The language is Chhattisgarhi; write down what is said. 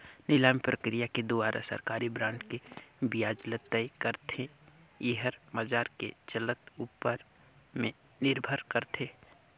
निलामी प्रकिया के दुवारा सरकारी बांड के बियाज ल तय करथे, येहर बाजार के चलत ऊपर में निरभर करथे